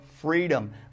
freedom